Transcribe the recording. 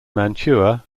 mantua